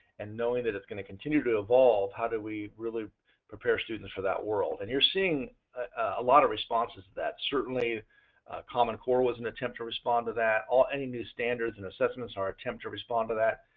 and knowing that it's going to continue to to evolve, how do we really prepare students for that world? and you're seeing a lot of responses to that. certainly carmen cole was in attempt to respond to that or any new standards and assessments are attempt to respond to that,